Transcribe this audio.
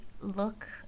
look